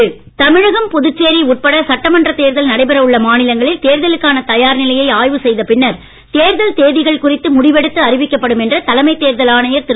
சுனில் அரோரா தமிழகம் புதுச்சேரி உட்பட சட்டமன்றத் தேர்தல் நடைபெற உள்ள மாநிலங்களில் தேர்தலுக்கான தயார் நிலையை ஆய்வு செய்த பின்னர் தேர்தல் தேதிகள் குறித்து முடிவெடுத்து அறிவிக்கப்படும் என்று தலைமைத் தேர்தல் ஆணையர் திரு